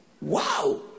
Wow